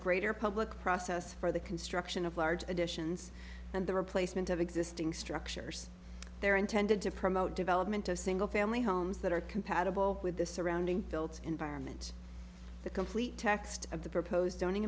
greater public process for the construction of large additions and the replacement of existing structures they're intended to promote development of single family homes that are compatible with the surrounding built environment the complete text of the proposed owning